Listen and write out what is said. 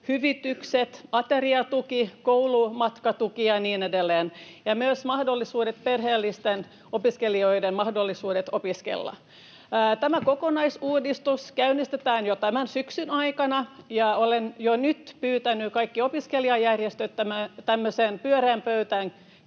hyvitykset, ateriatuki, koulumatkatuki ja niin edelleen, ja myös perheellisten opiskelijoiden mahdollisuudet opiskella. Tämä kokonaisuudistus käynnistetään jo tämän syksyn aikana, ja olen jo nyt pyytänyt kaikki opiskelijajärjestöt tämmöiseen pyöreän